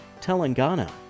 Telangana